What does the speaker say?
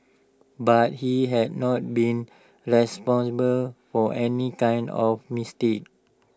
but he has not been responsible for any kind of mistake